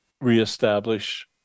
reestablish